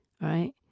right